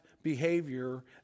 Behavior